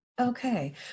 Okay